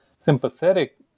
sympathetic